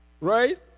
Right